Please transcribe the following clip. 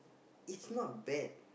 it's not bat